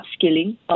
upskilling